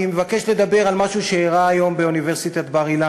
אני מבקש לדבר על משהו שאירע היום באוניברסיטת בר-אילן,